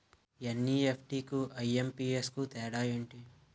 NEFT కు IMPS కు తేడా ఎంటి?